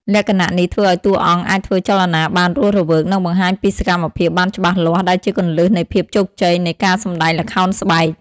លក្ខណៈនេះធ្វើឱ្យតួអង្គអាចធ្វើចលនាបានរស់រវើក និងបង្ហាញពីសកម្មភាពបានច្បាស់លាស់ ដែលជាគន្លឹះនៃភាពជោគជ័យនៃការសម្ដែងល្ខោនស្បែក។